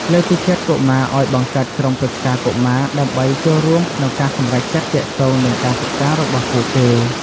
លើកទឹកចិត្តកុមារឱ្យបង្កើតក្រុមប្រឹក្សាកុមារដើម្បីចូលរួមក្នុងការសម្រេចចិត្តទាក់ទងនឹងការសិក្សារបស់ពួកគេ។